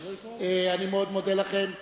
אני מאוד מודה לכם,